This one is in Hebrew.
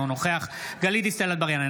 אינו נוכח גלית דיסטל אטבריאן,